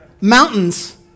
Mountains